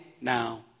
now